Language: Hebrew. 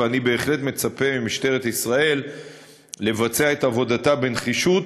ואני בהחלט מצפה ממשטרת ישראל לבצע את עבודתה בנחישות